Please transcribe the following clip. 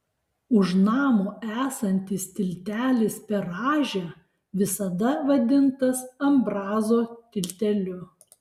už namo esantis tiltelis per rąžę visada vadintas ambrazo tilteliu